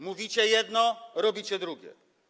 Mówicie jedno, robicie drugie.